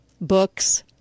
books